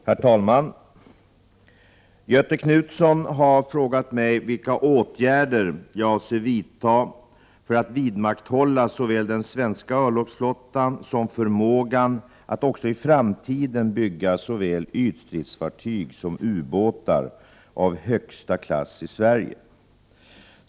Herr talman! Göthe Knutson har frågat mig vilka åtgärder jag avser vidta för att vidmakthålla såväl den svenska örlogsflottan som förmågan att också i framtiden bygga såväl ytstridsfartyg som ubåtar av högsta klass i Sverige.